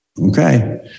Okay